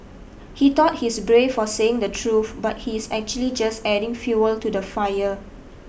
he thought he's brave for saying the truth but he's actually just adding fuel to the fire